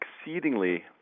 exceedingly